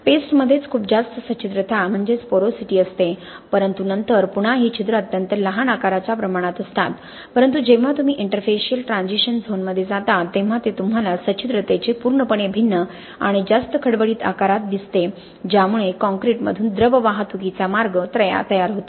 पेस्टमध्येच खूप जास्त सच्छिद्रता पोरोसिटी असते परंतु नंतर पुन्हा ही छिद्रे अत्यंत लहान आकाराच्या प्रमाणात असतात परंतु जेव्हा तुम्ही इंटरफेसियल ट्रान्झिशन झोनमध्ये जाता तेव्हा ते तुम्हाला सच्छिद्रतेचे पूर्णपणे भिन्न आणि जास्त खडबडीत आकारात दिसते ज्यामुळे काँक्रीटमधून द्रव वाहतुकीचा मार्ग तयार होतो